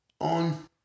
on